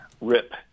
rip